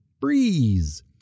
Breeze